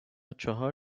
چهار